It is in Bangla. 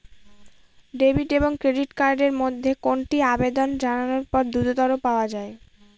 ডেবিট এবং ক্রেডিট কার্ড এর মধ্যে কোনটি আবেদন জানানোর পর দ্রুততর পাওয়া য়ায়?